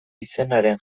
izenaren